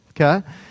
okay